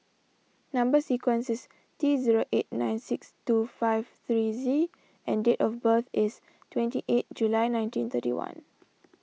Number Sequence is T zero eight nine six two five three Z and date of birth is twenty eight July nineteen thirty one